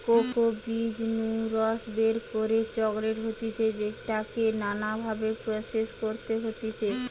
cocoa বীজ নু রস বের করে চকলেট হতিছে যেটাকে নানা ভাবে প্রসেস করতে হতিছে